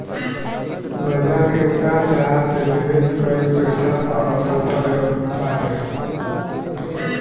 बाजार के उतार चढ़ाव से निवेश कईल पईसा पअ असर पड़त बाटे